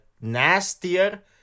nastier